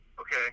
Okay